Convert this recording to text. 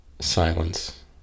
silence